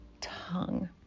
tongue